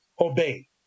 obey